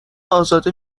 ازاده